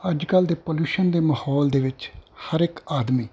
ਅੱਜ ਕੱਲ੍ਹ ਦੇ ਪੋਲਿਊਸ਼ਨ ਦੇ ਮਾਹੌਲ ਦੇ ਵਿੱਚ ਹਰ ਇੱਕ ਆਦਮੀ